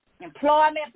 employment